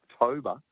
October